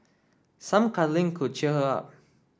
some cuddling could cheer her up